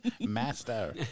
Master